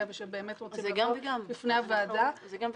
ושבאמת רוצים לבוא בפני הוועדה -- זה גם וגם.